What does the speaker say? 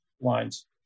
lines